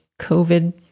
covid